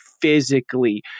physically